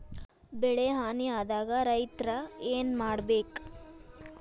ಬೆಳಿ ಹಾನಿ ಆದಾಗ ರೈತ್ರ ಏನ್ ಮಾಡ್ಬೇಕ್?